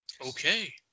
okay